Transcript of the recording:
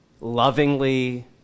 lovingly